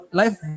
life